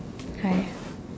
hi